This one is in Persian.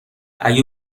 اگه